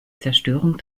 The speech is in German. zerstörung